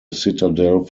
citadel